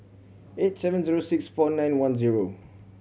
eight seven zero six four nine one zero